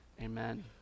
amen